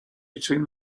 between